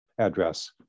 address